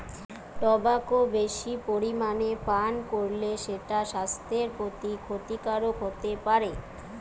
tobacco বেশি পরিমাণে পান কোরলে সেটা সাস্থের প্রতি ক্ষতিকারক হোতে পারে